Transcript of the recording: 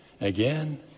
Again